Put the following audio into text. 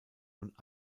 und